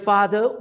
Father